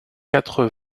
quatre